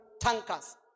tankers